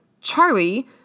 Charlie